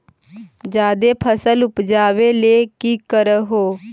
जादे फसल उपजाबे ले की कर हो?